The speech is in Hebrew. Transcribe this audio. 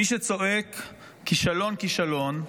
מי שצועק "כישלון, כישלון"